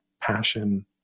passion